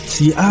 See